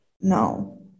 No